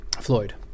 Floyd